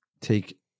take